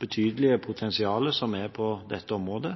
betydelige potensialet som er på dette området.